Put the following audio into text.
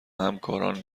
همکاران